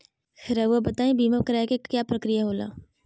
रहुआ बताइं बीमा कराए के क्या प्रक्रिया होला?